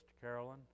Carolyn